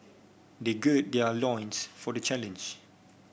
they gird their loins for the challenge